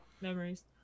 memories